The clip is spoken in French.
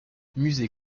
musée